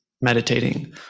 meditating